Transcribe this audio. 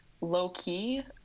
low-key